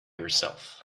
yourself